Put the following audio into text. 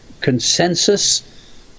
consensus